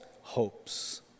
hopes